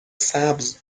سبز